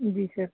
जी sir